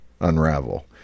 unravel